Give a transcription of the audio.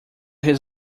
his